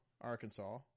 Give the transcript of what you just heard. Arkansas